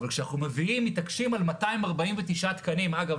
אבל כשאנחנו מביאים ומתעקשים על 249 תקנים אגב,